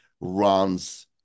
runs